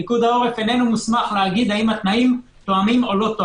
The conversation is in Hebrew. פיקוד העורף אינו מוסמך לומר אם התנאים תואמים או לא.